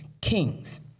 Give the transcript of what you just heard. kings